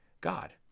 God